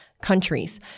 countries